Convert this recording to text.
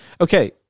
Okay